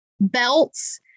belts